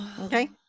Okay